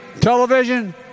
television